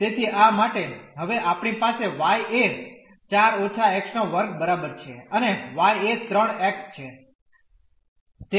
તેથી આ માટે હવે આપણી પાસે y એ 4 − x2 બરાબર છે અને y એ 3 x છે